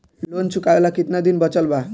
Loan चुकावे ला कितना दिन बचल बा?